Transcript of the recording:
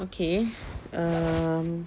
okay um